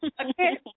Okay